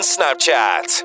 Snapchat